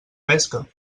pesca